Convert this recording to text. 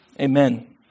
Amen